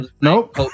nope